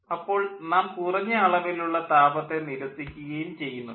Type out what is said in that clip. അപ്പോൾ നാം കുറഞ്ഞ അളവിലുള്ള താപത്തെ നിരസിക്കുകയും ചെയ്യുന്നുണ്ട്